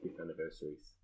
anniversaries